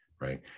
right